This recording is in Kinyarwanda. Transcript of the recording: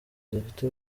zifite